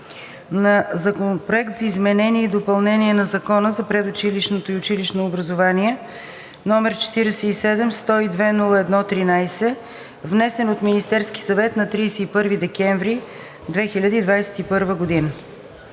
Законопроект за изменение и допълнение на Закона за предучилищното и училищното образование, № 47-102-01-13, внесен от Министерския съвет на 31 декември 2021 г.